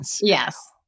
Yes